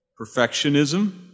Perfectionism